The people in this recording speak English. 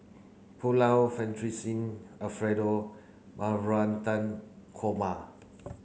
Pulao Fettuccine Alfredo Navratan Korma